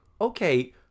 okay